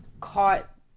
caught